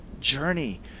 journey